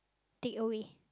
take away